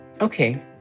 okay